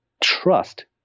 trust